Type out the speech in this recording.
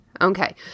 Okay